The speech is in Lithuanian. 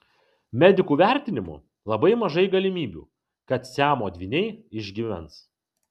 medikų vertinimu labai mažai galimybių kad siamo dvyniai išgyvens